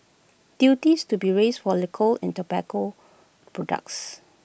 duties to be raised for liquor and tobacco products